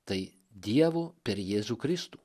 tai dievo per jėzų kristų